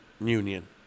union